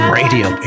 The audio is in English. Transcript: radio